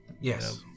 Yes